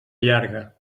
llarga